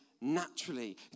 naturally